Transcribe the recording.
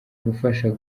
gufasha